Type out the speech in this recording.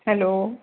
hello